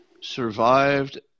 survived